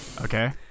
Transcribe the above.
Okay